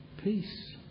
peace